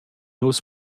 nu’s